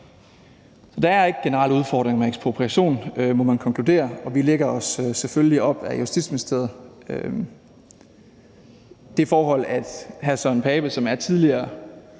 Der er ikke generelle udfordringer med ekspropriation, må man konkludere, og vi lægger os selvfølgelig op ad Justitsministeriets vurdering. Det forhold, at hr. Søren Pape Poulsen, som er tidligere